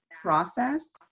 process